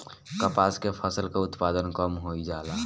कपास के फसल के उत्पादन कम होइ जाला?